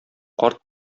карт